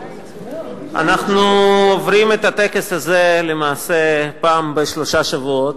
אנחנו עוברים את הטקס הזה למעשה פעם בשלושה שבועות,